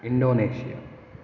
Indonesia